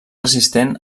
resistent